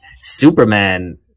Superman